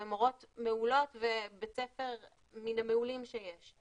והן מורות מעולות ובית ספר מן המעולים שיש,